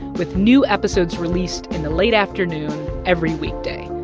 with new episodes released in the late afternoon every weekday.